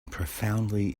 profoundly